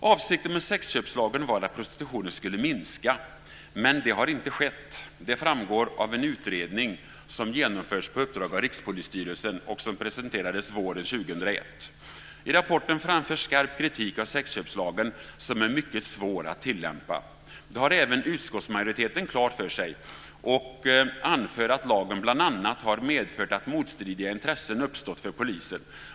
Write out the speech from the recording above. Avsikten med sexköpslagen var att prostitutionen skulle minska, men det har inte skett. Det framgår av en utredning som genomförts på uppdrag av Rikspolisstyrelsen och som presenterades våren 2001. I rapporten framförs skarp kritik av sexköpslagen, som är mycket svår att tillämpa. Det har även utskottsmajoriteten klart för sig, och man anför att lagen bl.a. har medfört att motstridiga intressen uppstått för polisen.